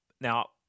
now